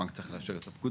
הבנק צריך לאשר את הפקודה,